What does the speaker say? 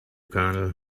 colonel